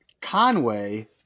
Conway